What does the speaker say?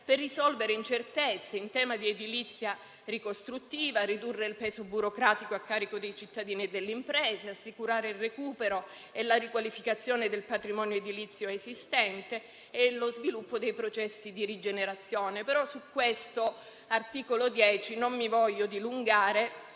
per risolvere incertezze in tema di edilizia ricostruttiva; ridurre il peso burocratico a carico dei cittadini e delle imprese; assicurare il recupero e la riqualificazione del patrimonio edilizio esistente e lo sviluppo dei processi di rigenerazione. Sull'articolo 10, però, non mi voglio dilungare,